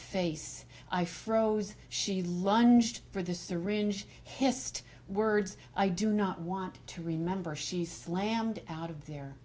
face i froze she lunged for the syringe hissed words i do not want to remember she slammed out of there